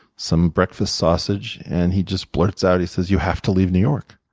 some breakfast sausage, and he just blurts out he says, you have to leave new york.